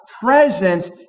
presence